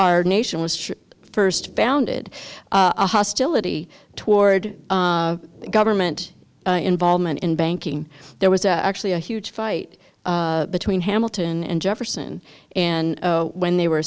our nation was first founded hostility toward government involvement in banking there was actually a huge fight between hamilton and jefferson and when they were